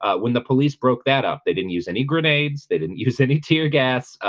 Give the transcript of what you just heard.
ah when the police broke that up. they didn't use any grenades. they didn't use any tear gas ah,